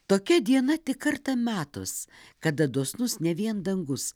tokia diena tik kartą metuos kada dosnus ne vien dangus